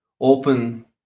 open